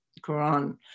Quran